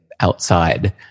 outside